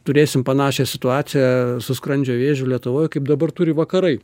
turėsim panašią situaciją su skrandžio vėžiu lietuvoj kaip dabar turi vakarai